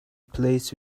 plays